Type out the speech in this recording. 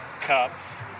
Cups